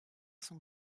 son